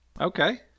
Okay